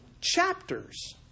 chapters